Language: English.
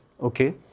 Okay